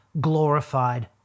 glorified